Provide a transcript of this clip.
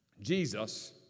Jesus